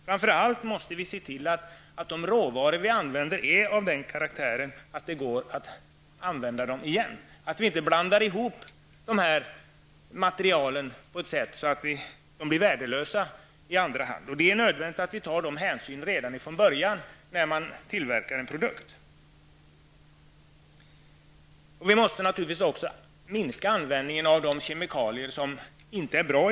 Framför allt måste vi se till att de råvaror som vi använder är av den karaktären att de går att använda igen, att vi inte blandar ihop material på ett sådant sätt att de blir värdelösa i andra hand. Det är nödvändigt att vi tar dessa hänsyn redan från början, när en produkt tillverkas. Vi måste också minska användningen av de kemikalier som inte är bra.